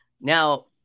now